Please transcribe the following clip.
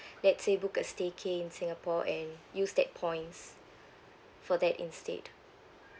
let's say book a staycay singapore and used that points for that instead